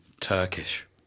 Turkish